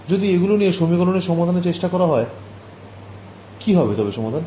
যদি এগুলো নিয়ে সমীকরণ সমাধানের চেষ্টা করা হয় কি হবে তবে সমাধান